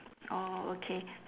orh okay